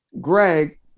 Greg